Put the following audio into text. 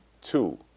Two